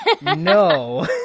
No